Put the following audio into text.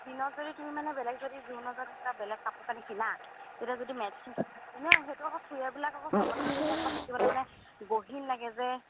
দিনত যদি তুমি মানে বেলেগ যদি জোৰোণত যাওতে যদি বেলেগ কাপোৰ কানি কিনা তেতিয়া যদি মেটচিং হয় সেইটো আকৌ থুৰিয়াবিলাক আকৌ সবৰ লগত পিন্ধিলে আকৌ দেখিবলৈ মানে গহীন লাগে যে